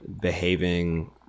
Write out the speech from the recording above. behaving